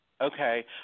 Okay